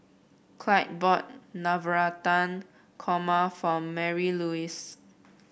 Clyde bought Navratan Korma for Marylouise